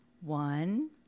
one